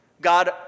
God